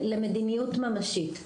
למדיניות ממשית.